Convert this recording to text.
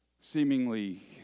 seemingly